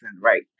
right